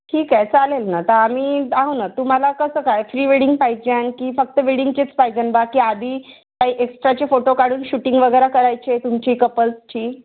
ठीक आहे चालेल ना तर आम्ही आहोत नं तुम्हाला कसं काय फ्री वेडींग पाहिजे आणखी फक्त वेडिंगचेच पाहिजे बाकी आधी काही एक्स्ट्राचे फोटो काढून शूटिंग वगैरे करायचे तुमची कपल्सची